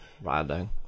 riding